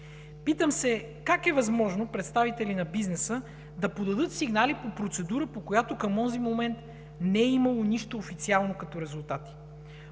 Питам се: как е възможно представители на бизнеса да подадат сигнали по процедура, по която към онзи момент не е имало нищо официално като резултати?